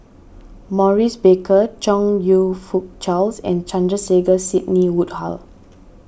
Maurice Baker Chong You Fook Charles and Sandrasegaran Sidney Woodhull